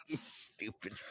Stupid